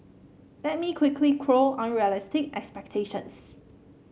let me quickly quell unrealistic expectations